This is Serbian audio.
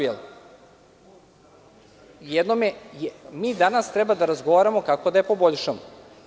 Mi danas treba da razgovaramo kako da je poboljšamo.